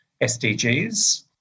SDGs